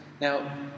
Now